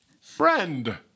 Friend